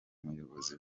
umuyobozi